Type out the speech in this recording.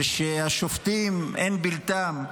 ושהשופטים, אין בלתם.